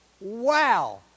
wow